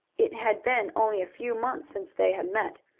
it had been only a few months since they had met,